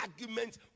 arguments